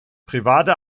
private